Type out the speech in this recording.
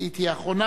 היא תהיה אחרונה,